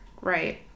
right